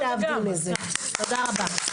תודה רבה.